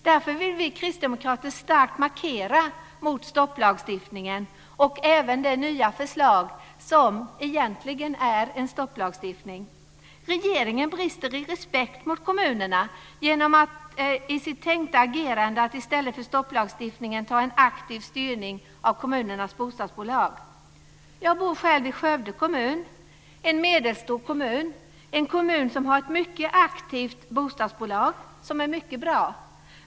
Därför vill vi kristdemokrater starkt markera mot stopplagstiftningen och även mot det nya förslaget, som egentligen innebär en stopplagstiftning. Regeringen brister i respekt mot kommunerna när den i stället för att införa stopplagstiftning tänker sig att styra kommunernas bostadsbolag aktivt. Jag bor själv i Skövde kommun - en medelstor kommun. Det är en kommun som har ett mycket aktivt bostadsbolag, som är mycket bra.